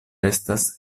estas